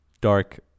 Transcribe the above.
dark